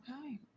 Okay